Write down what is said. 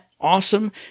awesome